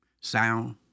sound